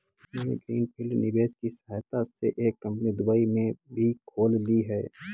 मैंने greenfield निवेश की सहायता से एक कंपनी दुबई में भी खोल ली है